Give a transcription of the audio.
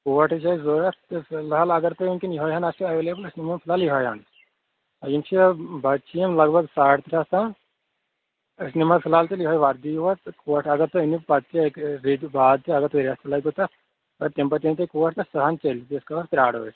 کوٹ تہِ چھُ اَسہِ ضروٗرَت تہٕ فِل ہال اگر تۄہہِ ونٛکٮ۪ن یِہے ہن آسو اٮ۪ولیبٕل تہٕ أسۍ نِمہو فِل ہال یِہے ہٲنۍ یِم چھِ بَچہٕ چھِ یِم لگ بگ ساڈ ترٛےٚ ہَس تام أسۍ نِمہو فِل ہال تیٚلہِ یِہے وردی یوت کوٹ اَگر تُہۍ أنیٚو پَتہٕ تہِ رٮ۪تۍ باد تہِ اَگر توہہِ رٮ۪تھ تہِ لَگوٕ تَتھ تَمہِ پَتہٕ یِن تۄہہ کوٹ تہٕ سۄ ہن چَلہِ تیٖتِس کالَس پرارو أسۍ